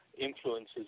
influences